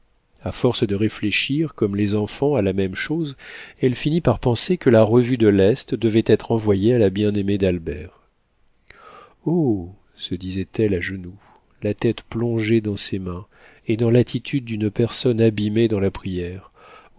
a force de réfléchir comme les enfants à la même chose elle finit par penser que la revue de l'est devait être envoyée à la bien-aimée d'albert oh se disait-elle à genoux la tête plongée dans ses mains et dans l'attitude d'une personne abîmée dans la prière